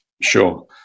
Sure